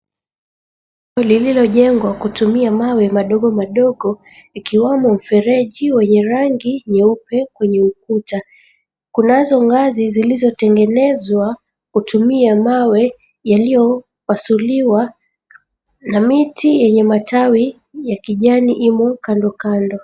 Jengo lililojengwa kutumia mawe madogo madogo ikiwamo mifereji wenye rangi nyeupe kwenye ukuta kunazo ngazi zilizo tengenezwa kwa kutumia mawe yaliyopasiliwa na miti yenye matawi ya kijani imo kandokando.